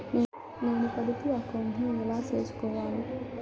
నేను పొదుపు అకౌంటు ను ఎలా సేసుకోవాలి?